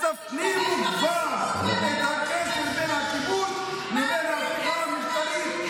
אז תפנימו כבר את הקשר בין הכיבוש לבין ההפיכה המשטרית.